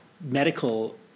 medical